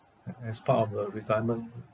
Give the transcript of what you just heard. a~ as part of the retirement